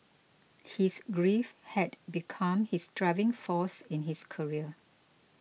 his grief had become his driving force in his career